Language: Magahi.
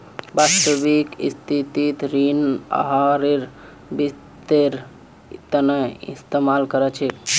वास्तविक स्थितित ऋण आहारेर वित्तेर तना इस्तेमाल कर छेक